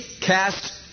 cast